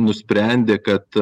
nusprendė kad